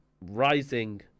rising